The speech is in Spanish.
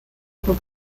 por